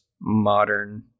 modern